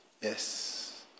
Yes